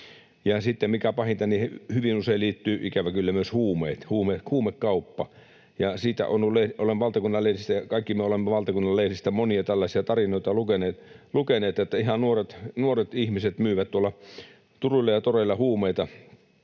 sitten, mikä pahinta, niihin hyvin usein liittyvät, ikävä kyllä, myös huumeet, huumekauppa. Siitä on ollut valtakunnan lehdissä, ja kaikki me olemme valtakunnan lehdistä monia tällaisia tarinoita lukeneet, että ihan nuoret ihmiset myyvät tuolla turuilla ja toreilla huumeita,